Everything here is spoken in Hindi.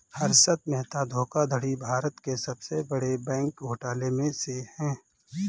हर्षद मेहता धोखाधड़ी भारत के सबसे बड़े बैंक घोटालों में से है